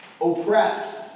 oppressed